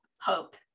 hope